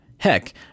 Heck